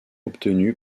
obtenu